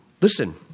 Listen